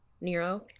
Nero